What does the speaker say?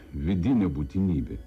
vidinė būtinybė